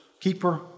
keeper